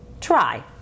try